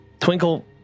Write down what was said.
Twinkle